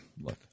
look